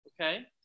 Okay